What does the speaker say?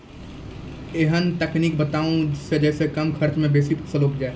ऐहन तकनीक बताऊ जै सऽ कम खर्च मे बेसी फसल उपजे?